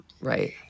Right